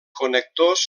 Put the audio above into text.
connectors